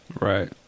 Right